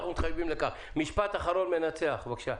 משפט אחרון מנצח, בבקשה.